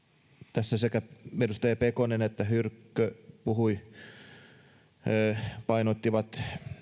tässä sekä edustaja pelkonen että hyrkkö painottivat